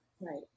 Right